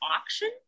auction